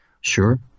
sure